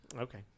Okay